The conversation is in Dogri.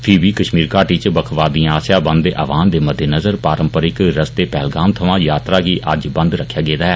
फ्ही बी कश्मीर घाटी इच बक्खवादिए आस्सैआ बंद दे आहवाण दे मद्देनजर पारम्परिक रस्ते पहलगाम थमां यात्रा गी अज्ज बंद रक्खेआ गेदा ऐ